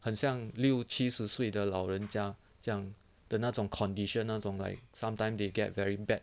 很像六七十岁的老人家这样的那种 condition 那种 like sometime they get very bad